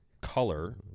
color